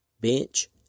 Bench